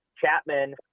Chapman